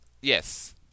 Yes